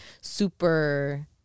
super